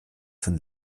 von